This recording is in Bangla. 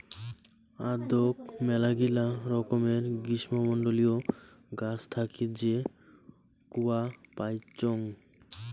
আদৌক মেলাগিলা রকমের গ্রীষ্মমন্ডলীয় গাছ থাকি যে কূয়া পাইচুঙ